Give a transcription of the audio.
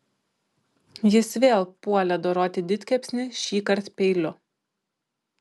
jis vėl puolė doroti didkepsnį šįkart peiliu